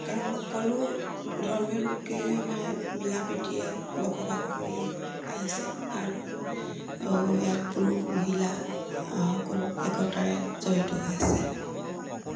কাৰণ সকলো ধৰ্মীয় লোকেই আমাৰ মিলা প্ৰীতিৰে বসবাস কৰি আহিছে আৰু ইয়াত পুৰুষ মহিলা সকলো একতাৰে জড়িত হৈ আছে